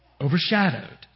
overshadowed